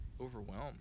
overwhelmed